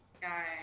sky